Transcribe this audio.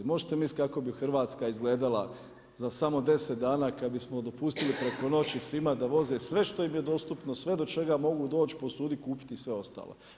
Možete misliti kako bi Hrvatska izgledala za samo 10 dana kad bismo dopustili preko noći svima da voze sve što im je dostupno, sve do čega mogu doći, posuditi, kupiti i sve ostalo.